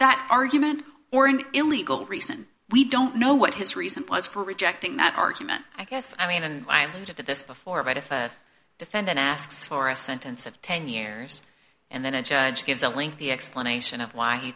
that argument or an illegal reason we don't know what his reason was for rejecting that argument i guess i mean and i alluded to this before about if a defendant asks for a sentence of ten years and then a judge gives a lengthy explanation of why he